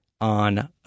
on